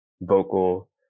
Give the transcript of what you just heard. vocal